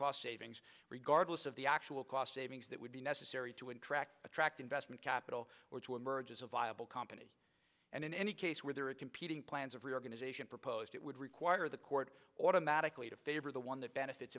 cost savings regardless of the actual cost savings that would be necessary to attract attract investment capital or to emerge as a viable company and in any case where there are competing plans of reorganization proposed it would require the court automatically to favor the one that benefits